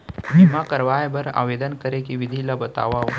बीमा करवाय बर आवेदन करे के विधि ल बतावव?